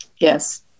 yes